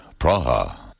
Praha